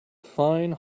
fine